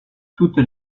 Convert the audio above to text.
toutes